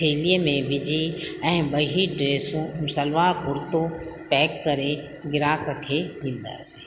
थेलीअ में विझी ऐं ॿई ड्रेसूं सलवार कुर्तो पैक करे ग्राहक खे ॾींदासीं